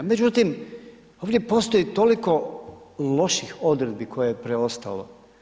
Međutim, ovdje postoji toliko loših odredbi koje je preostalo.